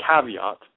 caveat